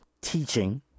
teaching